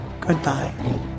Goodbye